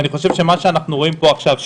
אני חושב שמה שאנחנו רואים פה עכשיו,